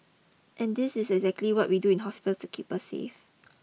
and this is exactly what we do in hospitals to keep us safe